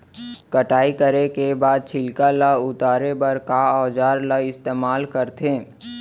कटाई करे के बाद छिलका ल उतारे बर का औजार ल इस्तेमाल करथे?